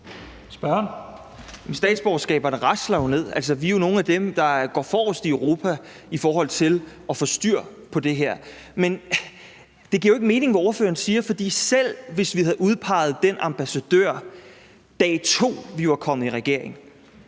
statsborgerskaber rasler ned. Vi er jo nogle af dem, der går forrest i Europa i forhold til at få styr på det her. Men det, ordføreren siger, giver jo ikke mening, for selv hvis vi havde udpeget den ambassadør, på dag to vi var kommet i regering,